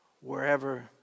Wherever